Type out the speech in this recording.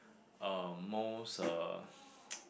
um most uh